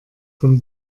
von